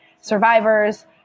survivors